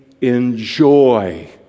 enjoy